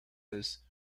list